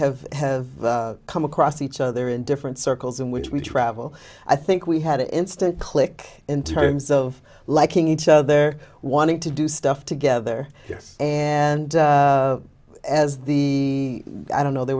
have come across each other in different circles in which we travel i think we had an instant click in terms of liking each other wanting to do stuff together yes and as the i don't know there